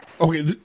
Okay